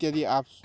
ଇତ୍ୟାଦି ଆପ୍